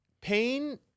Pain